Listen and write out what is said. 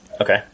Okay